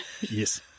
Yes